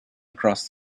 across